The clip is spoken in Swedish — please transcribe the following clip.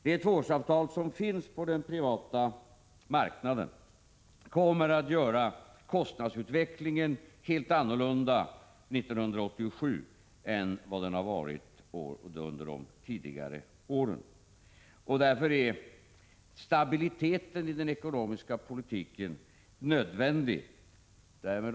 Det tvåårsavtal som finns på den privata marknaden kommer att göra kostnadsutvecklingen helt annorlunda 1987 än vad den har varit under de tidigare åren. Därför är stabiliteten i den ekonomiska politiken nödvändig.